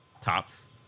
tops